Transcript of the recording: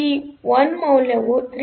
ಈ 1 ಮೌಲ್ಯವು 3